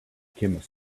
chemist